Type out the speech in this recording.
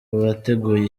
bateguye